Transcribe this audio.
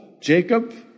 Jacob